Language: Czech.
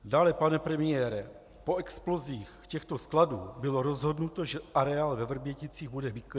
Dále, pane premiére, po explozích těchto skladů bylo rozhodnuto, že areál ve Vrběticích bude vyklizen.